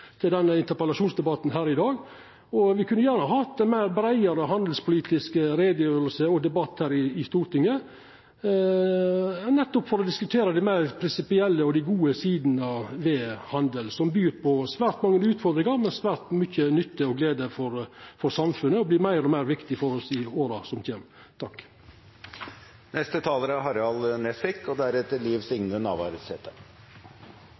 denne interpellasjonsdebatten her i dag. Me kunne gjerne hatt ei breiare handelspolitisk utgreiing og debatt her i Stortinget, nettopp for å diskutera dei meir prinsipielle og gode sidene ved handel, som byr på svært mange utfordringar, men også svært mykje nytte og glede for samfunnet, og som vert meir og meir viktig for oss i åra som kjem.